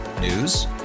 News